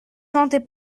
sentez